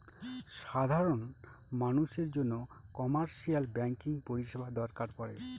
সাধারন মানুষের জন্য কমার্শিয়াল ব্যাঙ্কিং পরিষেবা দরকার পরে